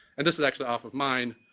and this is actually off of mine.